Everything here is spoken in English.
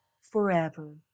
forever